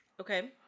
Okay